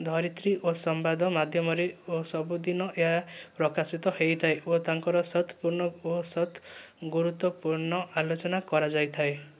ଧରିତ୍ରୀ ଓ ସମ୍ବାଦ ମାଧ୍ୟମରେ ଓ ସବୁଦିନ ଏହା ପ୍ରକାଶିତ ହୋଇଥାଏ ଓ ତାଙ୍କର ସତ୍ ପୂର୍ଣ୍ଣ ଓ ସତ୍ ଗୁରୁତ୍ୱପୂର୍ଣ୍ଣ ଆଲୋଚନା କରାଯାଇଥାଏ